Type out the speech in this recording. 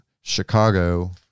Chicago